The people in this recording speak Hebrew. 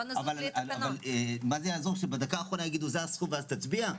אבל מה זה יעזור שבדקה האחרונה יגידו לנו מה הסכום ואז נצביע?